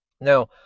Now